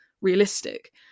realistic